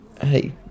hey